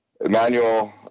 Emmanuel